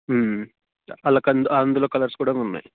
అందులో అందు అందులో కలర్స్ కూడాను ఉన్నాయి